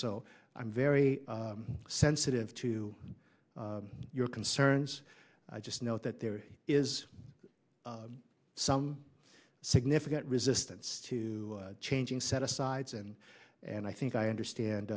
so i'm very sensitive to your concerns i just know that there is some significant resistance to changing set asides and and i think i understand